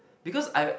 because I